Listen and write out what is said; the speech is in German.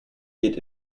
geht